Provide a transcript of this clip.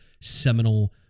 seminal